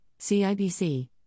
CIBC